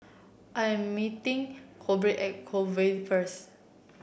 I am meeting Corbin at Way first